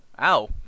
ow